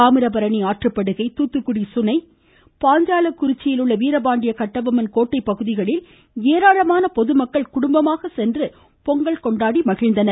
தாமிரபரணி ஆற்றுப்படுகை தூத்துக்குடி சுனை பாஞ்சாலங்குறிச்சியிலுள்ள வீரபாண்டிய கட்டபொம்மன் கோட்டைப் பகுதிகளில் ஏராளமான பொதுமக்கள் குடும்பமாக சென்று பொங்கல் கொண்டாடி மகிழ்ந்தனர்